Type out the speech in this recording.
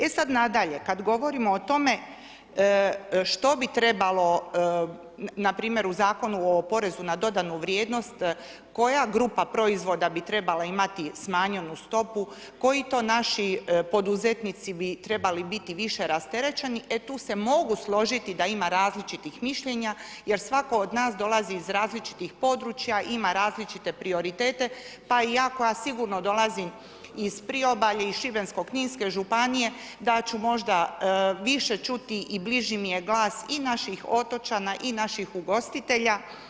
E sada nadalje, kada govorimo o tome što bi trebalo npr. u Zakonu o porezu na dodanu vrijednost koja grupa proizvoda bi trebala imati smanjenu stopu, koji to naši poduzetnici bi trebali biti više rasterećeni, e tu se mogu složiti da ima različitih mišljenja jer svatko od nas dolazi iz različitih područja, ima različite prioritete pa i ja koja sigurno dolazim iz Priobalja, iz Šibensko-kninske županije da ću možda više čuti i bliži mi je glas i naših otočana i naših ugostitelja.